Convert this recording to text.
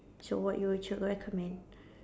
so what you would you recommend